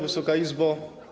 Wysoka Izbo!